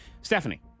Stephanie